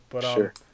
sure